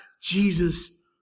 Jesus